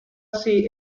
así